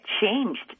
changed